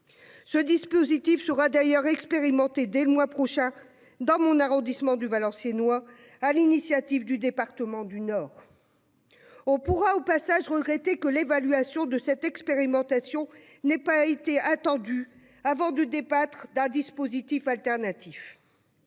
Ce dispositif sera d'ailleurs expérimenté dès le mois prochain dans mon arrondissement du Valenciennois, sur l'initiative du département du Nord. On pourra au passage regretter que l'évaluation de cette expérimentation n'ait pas été attendue avant de débattre d'un dispositif alternatif.